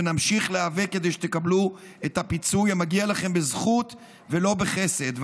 ונמשיך להיאבק כדי שתקבלו את הפיצוי המגיע לכם בזכות ולא בחסד.